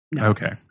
Okay